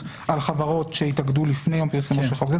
חברות שהתאגדו לפני יום פרסומו של חוק זה,